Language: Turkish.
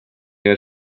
her